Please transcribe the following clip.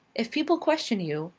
if people question you,